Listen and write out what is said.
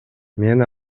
мен